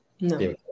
No